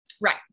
Right